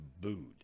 booed